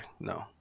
No